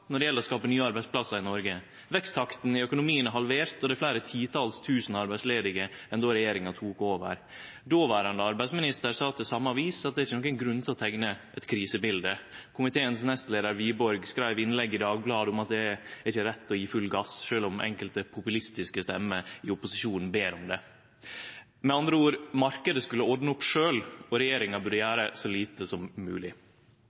når det gjeld å skape nye arbeidsplassar i Noreg. Veksttakten i økonomien er halvert, og det er fleire titals tusen arbeidsledige enn då regjeringa tok over. Dåverande arbeidsminister sa til same avis at det er ikkje nokon grunn til å teikne eit krisebilete. Komiteens nestleiar Wiborg skreiv innlegg i Dagbladet om at det er ikkje rett å gje full gass sjølv om enkelte populistiske stemmer i opposisjonen ber om det. Med andre ord: Marknaden skulle ordne opp sjølv, og regjeringa burde